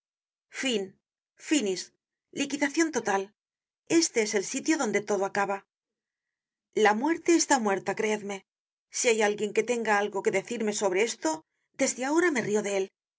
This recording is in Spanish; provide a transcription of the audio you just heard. liquidacion total este es el sitio donde todo acaba la muerte está muerta creedme si hay alguien que tenga algo que decirme sobre esto desde ahora me rio de él